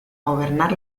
gobernar